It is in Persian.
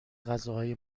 غذاهای